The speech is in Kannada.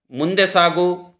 ಮುಂದೆ ಸಾಗು